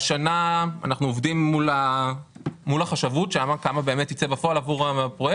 השנה אנחנו עובדים מול החשבות כדי לראות כמה באמת יצא בפועל לפרויקט.